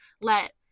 let